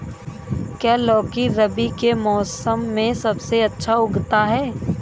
क्या लौकी रबी के मौसम में सबसे अच्छा उगता है?